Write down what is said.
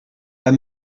pas